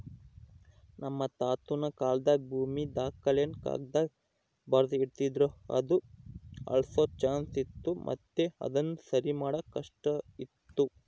ನಮ್ ತಾತುನ ಕಾಲಾದಾಗ ಭೂಮಿ ದಾಖಲೆನ ಕಾಗದ್ದಾಗ ಬರ್ದು ಇಡ್ತಿದ್ರು ಅದು ಅಳ್ಸೋ ಚಾನ್ಸ್ ಇತ್ತು ಮತ್ತೆ ಅದುನ ಸರಿಮಾಡಾಕ ಕಷ್ಟಾತಿತ್ತು